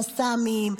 קסאמים,